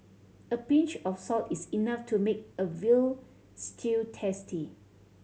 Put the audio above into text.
a pinch of salt is enough to make a veal stew tasty